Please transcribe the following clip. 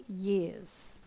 years